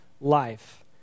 life